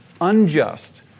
unjust